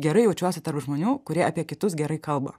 gerai jaučiuosi tarp žmonių kurie apie kitus gerai kalba